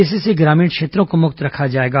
इससे ग्रामीण क्षेत्रों को मुक्त रखा जाएगा